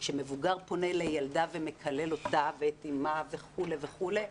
כאשר מבוגר פונה לילדה ומקלל אותה ואת אמה וכולי וכולי,